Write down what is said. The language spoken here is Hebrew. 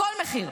בכל מחיר.